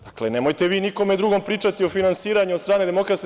Dakle, nemojte vi nikome drugom pričati o finansiranju od strane DS.